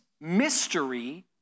mystery